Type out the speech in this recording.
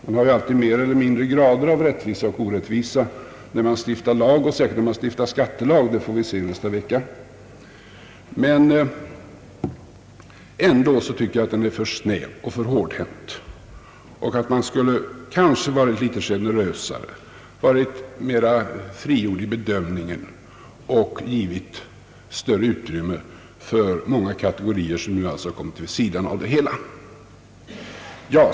Man har ju alltid olika grader av rättvisa och orättvisa när man stiftar lag och då särskilt när man stiftar skattelag; det får vi se nästa vecka. Jag tycker ändå att gränsen är för snäv och för hårdhänt. Man skulle kanske ha kunnat vara något generösare och litet mera frigjord i bedömningen och givit större utrymme för många kategorier, som nu alltså har hamnat vid sidan av det hela.